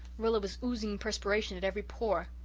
rilla was oozing perspiration at every pore.